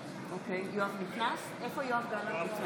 זוהר, אינו נוכח אסף זמיר, מצביע תמר זנדברג,